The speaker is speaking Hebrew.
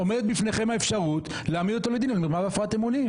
עומדת בפניכם האפשרות להעמיד אותו לדין על עבירת הפרת אמונים.